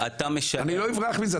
אני לא אברח מזה,